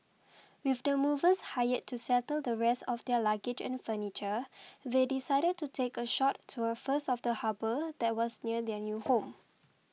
with the movers hired to settle the rest of their luggage and furniture they decided to take a short tour first of the harbour that was near their new home